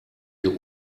hier